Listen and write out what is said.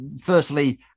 Firstly